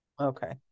okay